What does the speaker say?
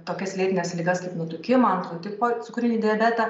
tokias lėtines ligas kaip nutukimą antro tipo cukrinį diabetą